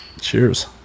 Cheers